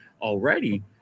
already